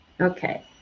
Okay